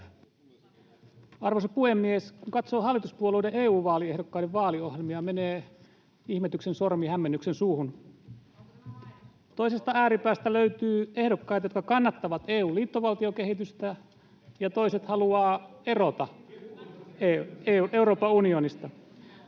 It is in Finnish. Arvoisa puhemies! Kun katsoo hallituspuolueiden EU-vaaliehdokkaiden vaaliohjelmia, menee ihmetyksen sormi hämmennyksen suuhun. Toisesta ääripäästä löytyy ehdokkaita, jotka kannattavat EU:n liittovaltiokehitystä, ja toiset haluavat erota Euroopan unionista.